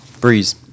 Breeze